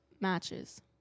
matches